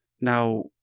Now